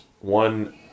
One